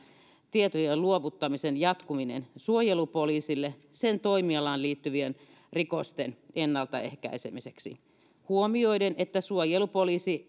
tietojen luovuttamisen jatkuminen suojelupoliisille sen toimialaan liittyvien rikosten ennaltaehkäisemiseksi huomioiden että suojelupoliisi